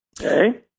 Okay